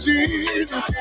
Jesus